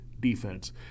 defense